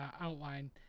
outline